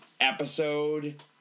episode